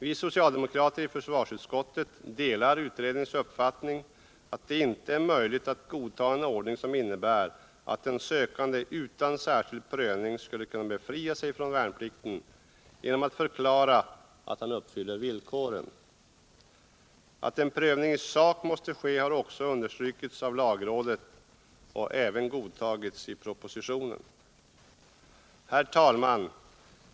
Vi socialdemokrater i försvarsutskottet delar utredningens uppfattning att det inte är möjligt att godta en ordning som innebär att den sökande utan särskild prövning skulle kunna befria sig från värnplikten genom att förklara att han uppfyller villkoren. Att en prövning i sak måste ske har också understrukits av lagrådet och även godtagits i propositionen. Herr talman!